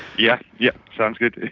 yeah yet, sounds good.